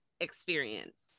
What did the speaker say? experience